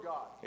God